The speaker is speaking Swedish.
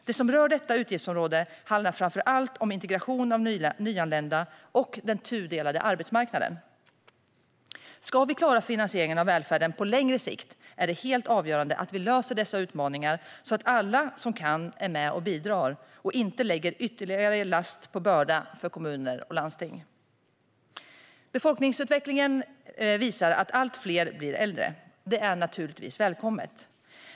Det som rör detta utgiftsområde handlar framför allt om integration av nyanlända och den tudelade arbetsmarknaden. Om vi ska klara finansieringen av välfärden på längre sikt är det helt avgörande att vi löser dessa utmaningar, så att alla som kan är med och bidrar, och inte lägger ytterligare last på börda för kommuner och landsting. Befolkningsutvecklingen visar att allt fler blir äldre. Det är naturligtvis välkommet.